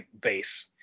base